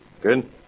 Good